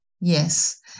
yes